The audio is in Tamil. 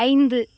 ஐந்து